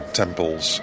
temples